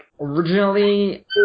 originally